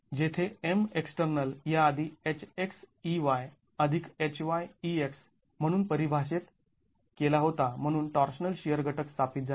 जेथे M external याआधी Hxey Hyex म्हणून परिभाषेत केला होता म्हणून टॉर्शनल शिअर घटक स्थापित झाले